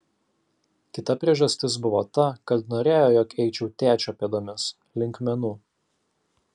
kita priežastis buvo ta kad norėjo jog eičiau tėčio pėdomis link menų